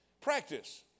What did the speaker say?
Practice